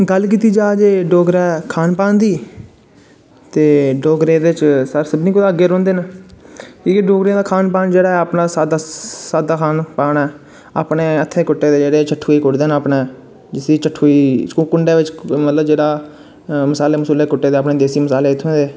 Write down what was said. गल्ल कीती जा जे डोगरा खान आपान दी ते डोगरे सारें कोला दा अग्गैं रौंह्दे न कि जे डोगरें दा खान पान अपनै साध्दा खान पान ऐ अपनै हत्थैं कुट्टे दे चट्ठुए कुटदे न कुंडै बिच्च जेहग्ड़ा मसाले मसुले कुट्टे दे अपने